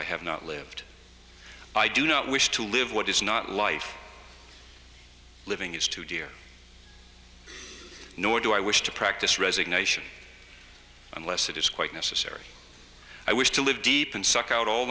i have not lived i do not wish to live what is not life living is too dear nor do i wish to practice resignation unless it is quite necessary i wish to live deep and suck out all